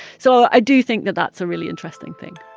so i do think that that's a really interesting thing